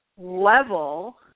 level